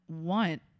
want